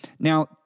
Now